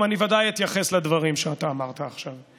אני ודאי אתייחס לדברים שאתה אמרת עכשיו.